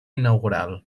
inaugural